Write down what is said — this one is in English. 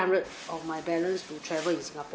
five hundred of my balance to travel in singapore